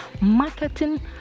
marketing